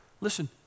listen